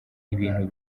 ibintu